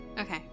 Okay